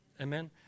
Amen